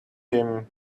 him